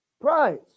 price